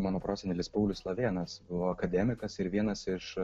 mano prosenelis paulius slavėnas buvo akademikas ir vienas iš